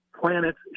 planets